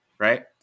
Right